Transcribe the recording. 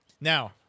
Now